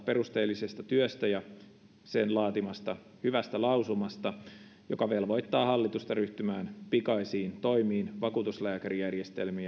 perusteellisesta työstä ja laatimastaan hyvästä lausumasta joka velvoittaa hallitusta ryhtymään pikaisiin toimiin vakuutuslääkärijärjestelmän